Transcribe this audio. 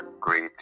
great